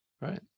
Right